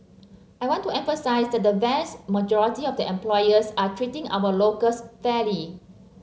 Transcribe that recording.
I want to emphasise that the vast majority of the employers are treating our locals fairly